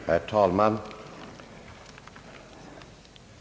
Herr talman!